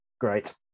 Great